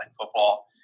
football